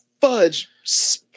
fudge